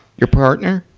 your partner?